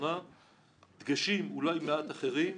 דגשים מעט אחרים,